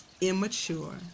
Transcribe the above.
immature